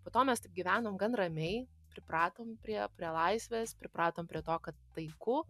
po to mes taip gyvenom gan ramiai pripratom prie prie laisvės pripratom prie to kad taiku